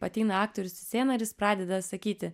ateina aktorius į sceną ir jis pradeda sakyti